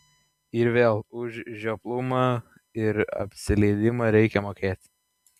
ir vėl už žioplumą ir apsileidimą reikia mokėti